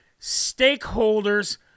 stakeholders